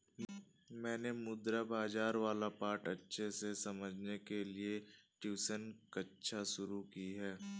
मैंने मुद्रा बाजार वाला पाठ अच्छे से समझने के लिए ट्यूशन कक्षा शुरू की है